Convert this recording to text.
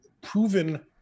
proven